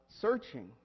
searching